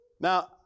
Now